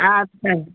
ଆଚ୍ଛା